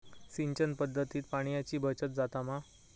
सिंचन पध्दतीत पाणयाची बचत जाता मा?